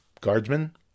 guardsmen